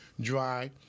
dry